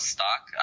Stock